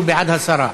הוא בעד הסרה.